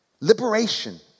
Liberation